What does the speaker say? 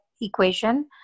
equation